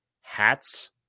hats